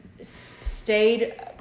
stayed